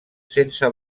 sense